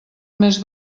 més